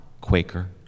Quaker